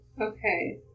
Okay